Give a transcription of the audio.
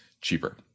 cheaper